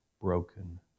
broken